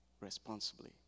responsibly